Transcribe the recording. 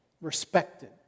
respected